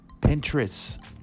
Pinterest